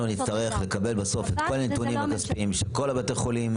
אנחנו נצטרך לקבל בסוף את כל הנתונים הכספיים של כל בתי החולים,